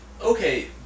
Okay